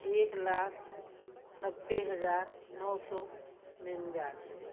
एक लाख नब्बे हजार नौ सौ निन्यानवे